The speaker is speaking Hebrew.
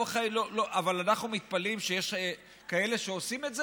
אבל אנחנו מתפלאים שיש כאלה שעושים את זה?